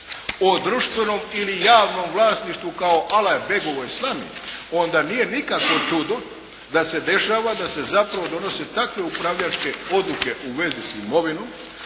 o društvenom ili javnom vlasništvu kao alaj begovoj slami onda nije nikakvo čudo da se dešava da se zapravo donosi takve upravljačke odluke u vezi s imovinom